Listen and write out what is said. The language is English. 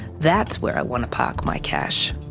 that's where i want to park my cash.